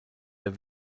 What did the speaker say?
der